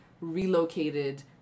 relocated